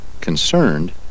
concerned